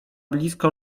blisko